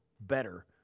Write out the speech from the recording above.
better